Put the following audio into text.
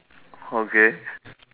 okay